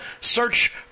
search